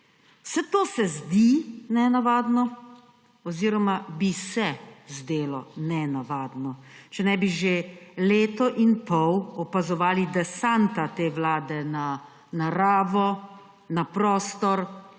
Vse to se zdi nenavadno oziroma bi se zdelo nenavadno, če ne bi že leto in pol opazovali desanta te vlade na naravo, na prostor,